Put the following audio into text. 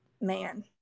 Man